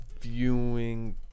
viewing